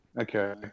okay